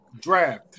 draft